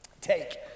Take